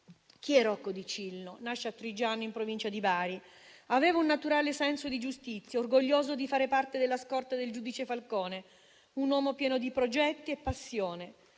Chi è Rocco Dicillo? Nasce a Triggiano in provincia di Bari. Aveva un naturale senso di giustizia, orgoglioso di fare parte della scorta del giudice Falcone; un uomo pieno di progetti e passione.